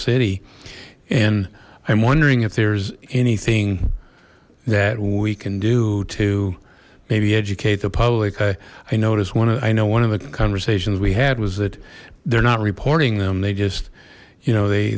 city and i'm wondering if there's anything that we can do to maybe educate the public eye i noticed one i know one of the conversations we had was that they're not reporting them they just you know they